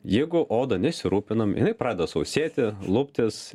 jeigu oda nesirūpinam jinai pradeda sausėti luptis